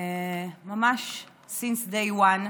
ממש מהיום הראשון,